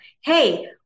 hey